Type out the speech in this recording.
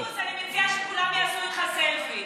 פינדרוס, אני מציעה שכולם יעשו איתך סלפי.